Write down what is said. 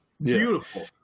Beautiful